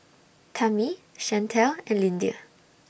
Tami Chantelle and Lyndia